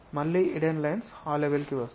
మళ్ళీ hidden lines ఆ level కి వస్తాయి